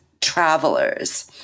travelers